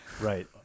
right